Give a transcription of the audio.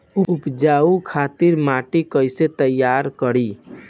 उपजाये खातिर माटी तैयारी कइसे करी?